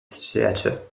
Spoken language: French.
theatre